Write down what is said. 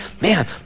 man